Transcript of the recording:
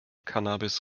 cannabis